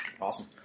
Awesome